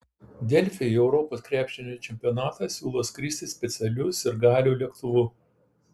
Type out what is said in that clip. delfi į europos krepšinio čempionatą siūlo skristi specialiu sirgalių lėktuvu